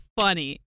funny